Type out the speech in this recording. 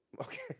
Okay